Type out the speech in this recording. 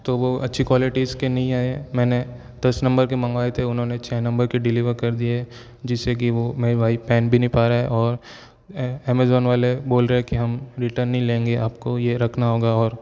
तो वो अच्छी क्वालिटीज़ के नहीं आए मैंने दस नंबर के मंगाए थे उन्होंने छः नंबर के डिलीवर कर दिए जिससे की वो मेरे भाई पहन भी नहीं पा रहा है और एमेज़ोन वाले बोल रहे हैं कि हम रिटर्न नहीं लेंगे आपको ये रखना होगा और